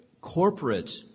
corporate